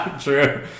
True